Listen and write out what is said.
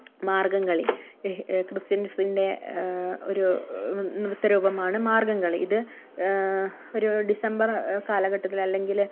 മാർഗംകളി ക്രിസ്ത്യൻസിൻ്റെ ഒരു നൃത്തരൂപമാണ് മാർഗംകളി ഇത് ഒരു ഡിസംബർ കാലഘട്ടത്തിൽ അല്ലെങ്കിൽ